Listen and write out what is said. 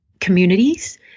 communities